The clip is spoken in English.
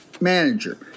manager